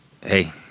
hey